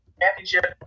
championship